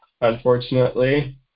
unfortunately